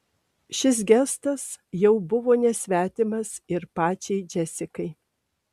šis gestas jau buvo nesvetimas ir pačiai džesikai